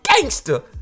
gangster